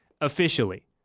officially